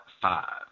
Five